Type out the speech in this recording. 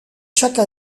chaque